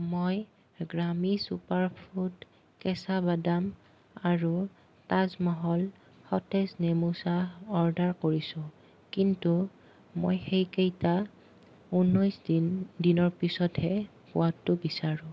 মই গ্ৰামী চুপাৰফুড কেঁচা বাদাম আৰু তাজ মহল সতেজ নেমু চাহ অৰ্ডাৰ কৰিছোঁ কিন্তু মই সেইকেইটা ঊনৈছ দিন দিনৰ পিছতহে পোৱাটো বিচাৰোঁ